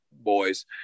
boys